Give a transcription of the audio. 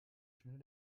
schnell